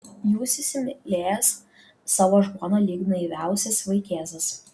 jūs įsimylėjęs savo žmoną lyg naiviausias vaikėzas